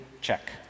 check